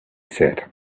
said